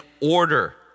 order